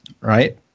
right